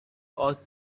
ought